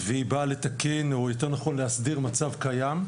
והיא באה לתקן או יותר נכון להסדיר מצב קיים,